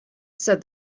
said